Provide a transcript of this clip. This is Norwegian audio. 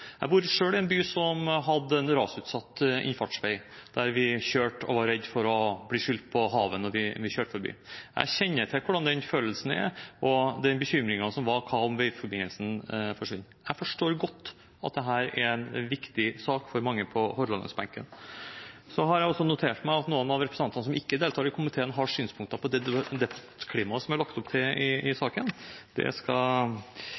Jeg bor selv i en by som hadde en rasutsatt innfartsvei, og vi var redde for å bli skylt på havet når vi kjørte forbi. Jeg kjenner til hvordan den følelsen er, og bekymringen for at veiforbindelsen forsvinner. Jeg forstår godt at dette er en viktig sak for mange på Hordalandsbenken. Jeg har også notert meg at noen av representantene som ikke deltar i komiteen, har synspunkter på debattklimaet som det er lagt opp til i saken. Det skal